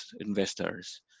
investors